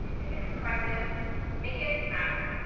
make it impressive make it matter.